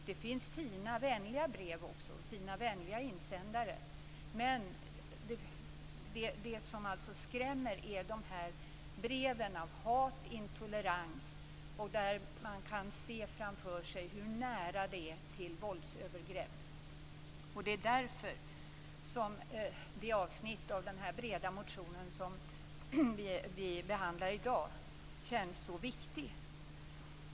Det finns fina, vänliga brev och insändare också. Men det som skrämmer är breven som andas hat och intolerans. Man kan se framför sig hur nära det är till våldsövergrepp. Därför känns det avsnitt i den här breda motionen som vi behandlar i dag så viktigt.